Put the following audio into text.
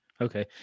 Okay